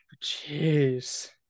Jeez